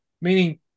Meaning